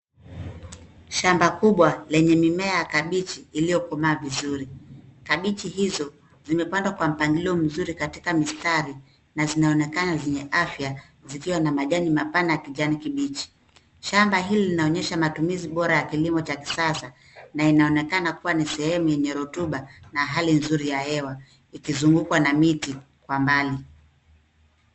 Shamba kubwa lenye mimea ya kabichi iliyokomaa vizuri. Kabichi hizo zimepangwa kwa mpangilio mzuri katika mistari na zinaonekana zenye afya, zikiwa n majani mapana ya kijani kibichi. Shamba hili linaonyesha matumizi bora ya kilimo cha kisasa na inaonekana kuwa ni sehemu yenye rutuba na hali nzuri ya hewa, ikizungukwa na miti kwa mbali.